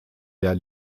der